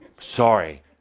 Sorry